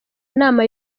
nama